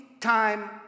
time